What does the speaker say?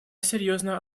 серьезно